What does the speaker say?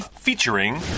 featuring